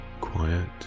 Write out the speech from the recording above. quiet